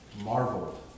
marveled